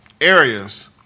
areas